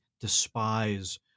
despise